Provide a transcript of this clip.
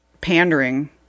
pandering